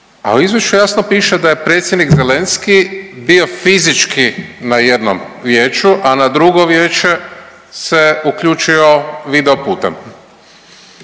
a u izvješću jasno piše da je predsjednik Zelenski bio fizički na jednom vijeću, a na drugo vijeće se uključio video putem.